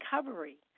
recovery